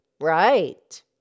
Right